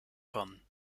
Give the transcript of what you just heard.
kommen